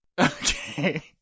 Okay